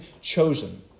chosen